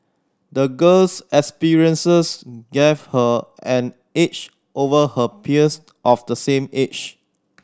the girl's experiences gave her an edge over her peers of the same age